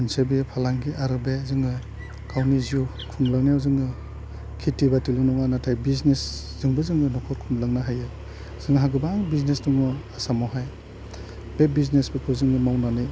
मोनसे बे फालांगि आरो बे जोङो गावनि जिउ खुंलांनायाव जोङो खेथि बाथिल' नङा नाथाय बिजनेसजोंबो जोङो नख'र खुंलांनो हायो जोंहा गोबां बिजनेस दङ आसामावहाय बे बिजनेसफोरखौ जोङो मावनानै